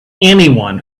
anyone